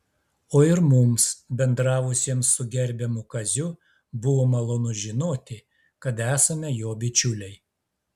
o ir mums bendravusiems su gerbiamu kaziu buvo malonu žinoti kad esame jo bičiuliai